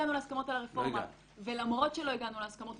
הגענו להסכמות על הרפורמה ולמרות שלא הגענו להסכמות,